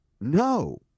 no